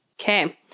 Okay